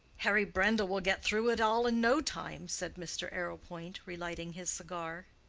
harry brendall will get through it all in no time, said mr. arrowpoint, relighting his cigar.